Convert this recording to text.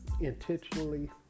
intentionally